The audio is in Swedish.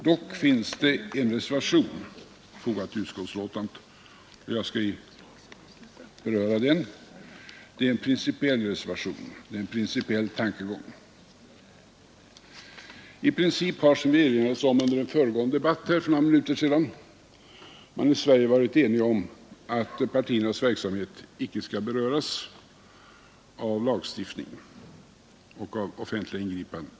Dock finns det en reservation fogad till utskottsbetänkandet. Jag skall inte beröra den, men det är en reservation med principiell tankegång. I princip har man, som vi erinrades om under en föregående debatt här för några minuter sedan, i Sverige varit enig om att partiernas verksamhet i stort sett icke skall beröras av lagstiftning och av offentliga ingripanden.